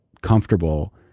comfortable